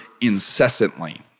incessantly